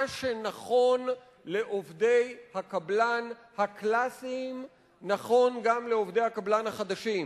שנכון לעובדי הקבלן הקלאסיים נכון גם לעובדי הקבלן החדשים,